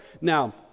Now